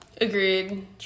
Agreed